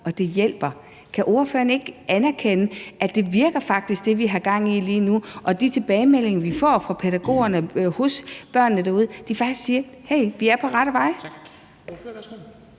og det hjælper. Kan ordføreren ikke anerkende, at det, vi har gang i lige nu, faktisk virker, og at de tilbagemeldinger, vi får fra pædagogerne hos børnene derude, faktisk siger, at vi er på rette vej?